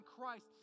Christ